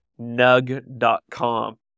Nug.com